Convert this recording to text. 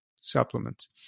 supplements